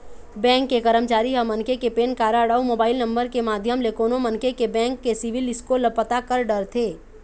bank के करमचारी ह मनखे के पेन कारड अउ मोबाईल नंबर के माध्यम ले कोनो मनखे के बेंक के सिविल स्कोर ल पता कर डरथे